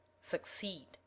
succeed